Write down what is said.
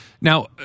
Now